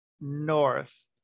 north